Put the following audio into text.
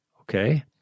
Okay